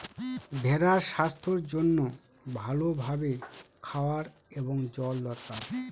ভেড়ার স্বাস্থ্যের জন্য ভালো ভাবে খাওয়ার এবং জল দরকার